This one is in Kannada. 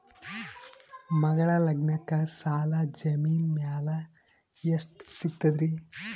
ಮಗಳ ಲಗ್ನಕ್ಕ ಸಾಲ ಜಮೀನ ಮ್ಯಾಲ ಎಷ್ಟ ಸಿಗ್ತದ್ರಿ?